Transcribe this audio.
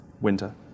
winter